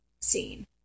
seen